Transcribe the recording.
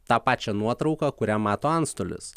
tą pačią nuotrauką kurią mato antstolis